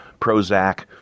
Prozac